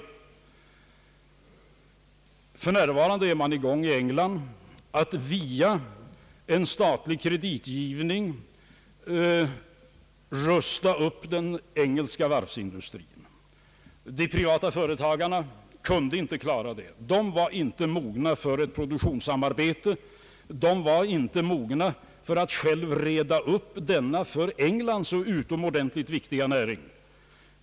För närvarande är man i England i färd med att via statlig kreditgivning rusta upp den engelska varvsindustrin. De privata företagarna kunde inte klara det. De var inte mogna för ett produktionssamarbete och för att själva reda upp förhållandena i denna för England så utomordentligt viktiga näring.